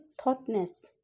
thoughtness